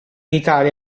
italia